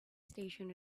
station